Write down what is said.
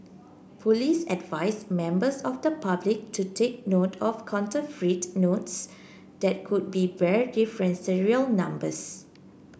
police advised members of the public to take note of counterfeit notes that could be bear different serial numbers